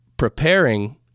preparing